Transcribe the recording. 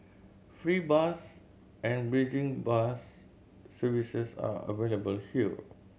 free bus and bridging bus services are available here